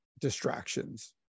distractions